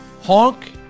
honk